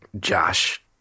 Josh